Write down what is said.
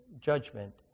judgment